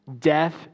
death